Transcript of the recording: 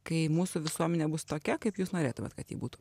kai mūsų visuomenė bus tokia kaip jūs norėtumėt kad ji būtų